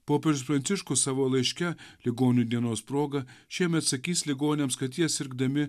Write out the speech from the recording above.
popiežius pranciškus savo laiške ligonių dienos proga šiemet sakys ligoniams kad jie sirgdami